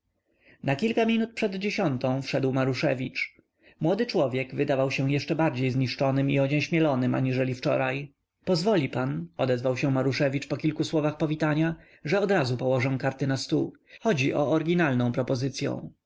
na kilka minut przed dziesiątą wszedł maruszewicz młody człowiek wydawał się jeszcze bardziej zniszczonym i onieśmielonym aniżeli wczoraj pozwoli pan odezwał się maruszewicz po kilku słowach powitania że odrazu położę karty na stół chodzi o oryginalną propozycyą